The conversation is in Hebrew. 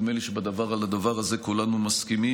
נדמה לי שעל הדבר הזה כולנו מסכימים.